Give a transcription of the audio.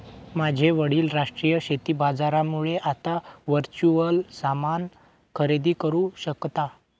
माझे वडील राष्ट्रीय शेती बाजारामुळे आता वर्च्युअल सामान खरेदी करू शकता